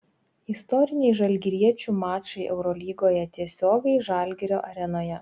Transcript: istoriniai žalgiriečių mačai eurolygoje tiesiogiai žalgirio arenoje